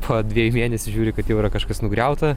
po dviejų mėnesių žiūri kad jau yra kažkas nugriauta